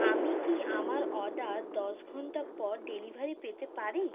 আমি কি আমার অর্ডার দশ ঘন্টা পর ডেলিভারি পেতে পারি